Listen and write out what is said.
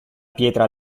pietra